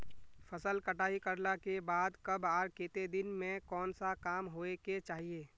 फसल कटाई करला के बाद कब आर केते दिन में कोन सा काम होय के चाहिए?